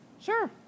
Sure